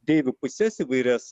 deivių puses įvairias